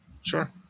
Sure